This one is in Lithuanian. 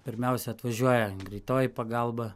pirmiausia atvažiuoja greitoji pagalba